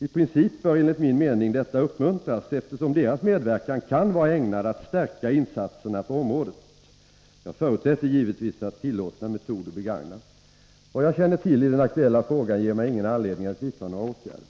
I princip bör enligt min mening detta uppmuntras, eftersom deras medverkan kan vara ägnad att stärka insatserna på området. Jag förutsätter givetvis att tillåtna metoder begagnas. Vad jag känner till i den aktuella frågan ger mig ingen anledning att vidta några åtgärder.